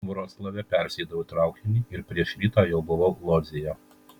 vroclave persėdau į traukinį ir prieš rytą jau buvau lodzėje